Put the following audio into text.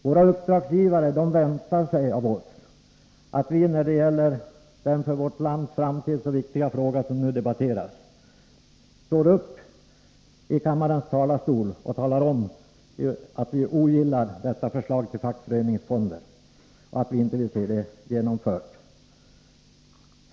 Våra uppdragsgivare väntar sig av oss att vi när det gäller den för vårt lands framtid så viktiga fråga som nu debatteras står upp i kammarens talarstol och talar om att vi ogillar förslaget till fackföreningsfonder och inte vill se det genomfört.